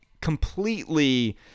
completely